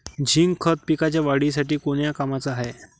Zinc खत पिकाच्या वाढीसाठी कोन्या कामाचं हाये?